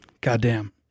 goddamn